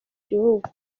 gihugu